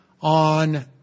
on